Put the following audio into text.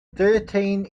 thirteen